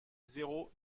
zéro